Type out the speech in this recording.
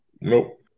nope